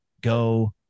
go